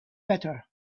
better